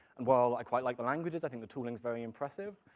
and while i quite like the languages, i think the tooling is very impressive,